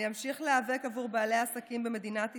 אני אמשיך להיאבק עבור בעלי העסקים במדינת ישראל,